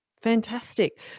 Fantastic